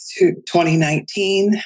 2019